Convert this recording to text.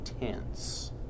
intense